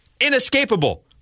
Inescapable